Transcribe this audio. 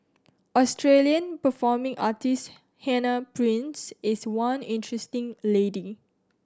Australian performing artist Hannah Price is one interesting lady